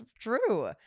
true